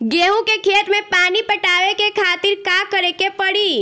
गेहूँ के खेत मे पानी पटावे के खातीर का करे के परी?